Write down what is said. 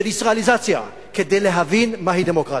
ישראליזציה כדי להבין מהי דמוקרטיה.